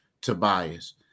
Tobias